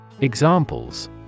Examples